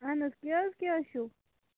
اہن حظ کیٛاہ حظ کیٛاہ حظ چھُو